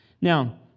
Now